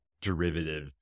derivative